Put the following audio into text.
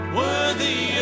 worthy